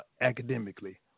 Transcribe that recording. academically